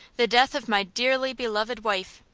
the death of my dearly beloved wife,